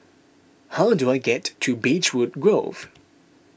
how do I get to Beechwood Grove